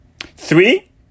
Three